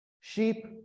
Sheep